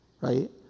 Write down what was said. right